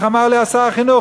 איך אמר לי שר החינוך?